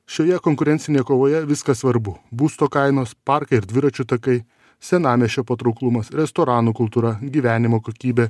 šioje konkurencinėje kovoje viskas svarbu būsto kainos parkai ir dviračių takai senamiesčio patrauklumas restoranų kultūra gyvenimo kokybė